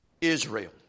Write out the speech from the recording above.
Israel